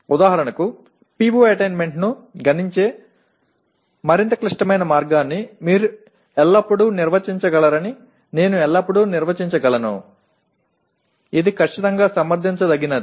ఉదాహరణకు PO అటైన్మెంట్ను గణించే మరింత క్లిష్టమైన మార్గాన్ని మీరు ఎల్లప్పుడూ నిర్వచించగలరని నేను ఎల్లప్పుడూ నిర్వచించగలను ఇది ఖచ్చితంగా సమర్థించదగినది